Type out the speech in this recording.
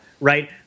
Right